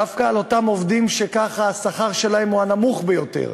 דווקא על אותם עובדים שככה השכר שלהם הוא הנמוך ביותר,